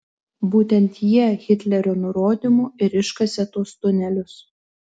būtent jie hitlerio nurodymu ir iškasė tuos tunelius